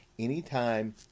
Anytime